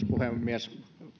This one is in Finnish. puhemies